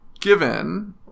Given